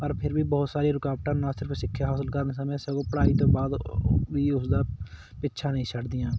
ਪਰ ਫਿਰ ਵੀ ਬਹੁਤ ਸਾਰੀਆਂ ਰੁਕਾਵਟਾਂ ਨਾ ਸਿਰਫ ਸਿੱਖਿਆ ਹਾਸਲ ਕਰਨ ਸਮੇਂ ਸਗੋਂ ਪੜ੍ਹਾਈ ਤੋਂ ਬਾਅਦ ਵੀ ਉਸਦਾ ਪਿੱਛਾ ਨਹੀਂ ਛੱਡਦੀਆਂ